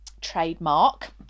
trademark